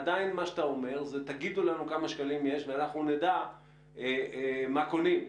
עדיין מה שאתה אומר הוא: תגידו לנו כמה שקלים יש ואנחנו נדע מה קונים,